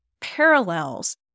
parallels